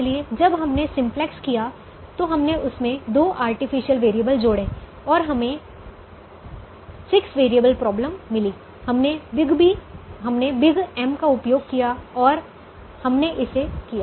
इसलिए जब हमने सिम्पलेक्स किया तो हमने इसमें 2 आर्टिफिशियल वेरिएबल जोड़े और हमें 6 वेरिएबल प्रॉब्लम मिली हमने बिग M का उपयोग किया और हमने इसे किया